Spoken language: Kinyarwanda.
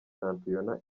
shampiyona